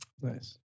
nice